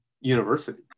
university